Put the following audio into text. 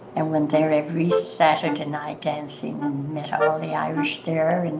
and went there every saturday night and seen the irish there. and